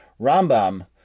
Rambam